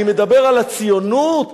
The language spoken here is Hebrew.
אני מדבר על הציונות